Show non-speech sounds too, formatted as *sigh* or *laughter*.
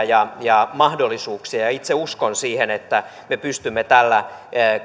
*unintelligible* ja ja mahdollisuuksia ja ja itse uskon siihen että me pystymme tällä